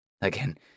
Again